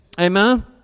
Amen